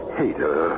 hater